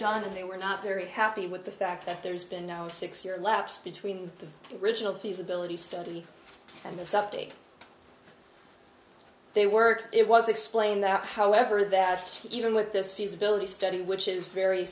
done and they were not very happy with the fact that there has been no six year lapse between the original feasibility study and this update they worked it was explained that however that even with this feasibility study which is very